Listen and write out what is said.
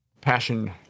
Passion